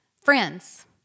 Friends